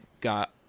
got